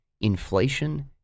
inflation